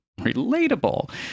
Relatable